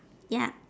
ya